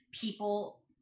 people